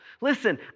Listen